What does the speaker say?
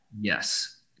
Yes